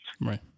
Right